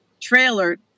trailer